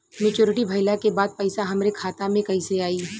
Maturity भईला के बाद पईसा हमरे खाता में कइसे आई?